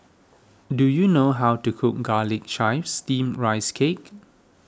do you know how to cook Garlic Chives Steamed Rice Cake